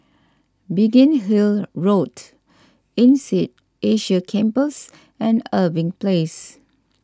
Biggin Hill Road Insead Asia Campus and Irving Place